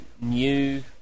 new